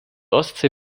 ostsee